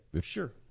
sure